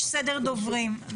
יש סדר דוברים,